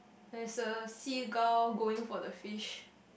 there's a seagull going for the fish